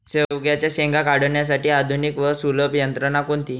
शेवग्याच्या शेंगा काढण्यासाठी आधुनिक व सुलभ यंत्रणा कोणती?